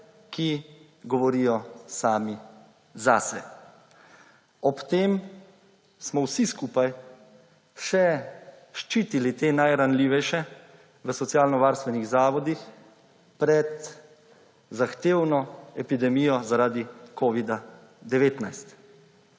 ki govorijo sami zase. Ob tem smo vsi skupaj še ščitili te najranljivejše v socialno-varstvenih zavodih pred zahtevno epidemijo zaradi COVID-19.